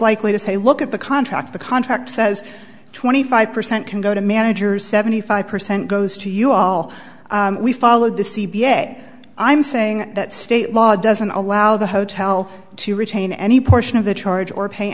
likely to say look at the contract the contract says twenty five percent can go to managers seventy five percent goes to you all we followed the c p a i'm saying that state law doesn't allow the hotel to retain any portion of the charge or pay